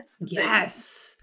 Yes